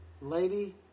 lady